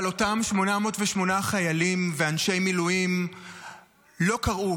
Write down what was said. אבל אותם 808 חיילים ואנשי מילואים לא קרעו